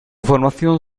formación